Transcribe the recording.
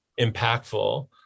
impactful